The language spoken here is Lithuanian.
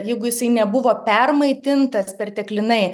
jeigu jisai nebuvo permaitintas perteklinai